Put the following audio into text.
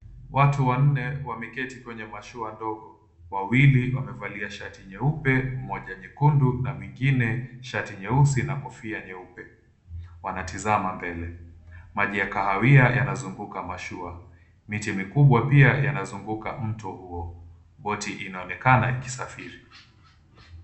Watu wanne wameketi kwenye mashua ndogo. Wawili wamevalia shati nyeupe, mmoja nyekundu na mwingine shati nyeusi na kofia nyeupe. Wanatizama mbele. Maji ya kahawia yanazunguka mashua. Miti mikubwa pia yanazunguka mto huo. Boti inaonekana ikisafiri.